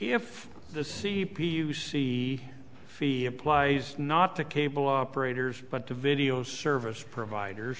if the c p u sci fi apply just not to cable operators but to video service providers